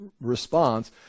response